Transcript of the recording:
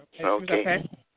Okay